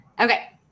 Okay